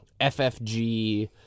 FFG